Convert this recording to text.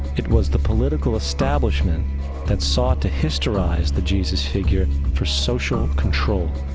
it was the political establishment that sought to historize the jesus figure for social um control.